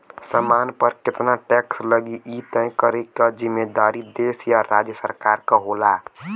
सामान पर केतना टैक्स लगी इ तय करे क जिम्मेदारी देश या राज्य सरकार क होला